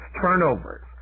turnovers